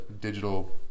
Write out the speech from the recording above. digital